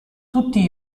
tutti